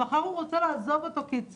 מחר הוא רוצה לעזוב אותו ולעבוד אצל Y